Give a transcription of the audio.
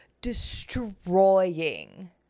destroying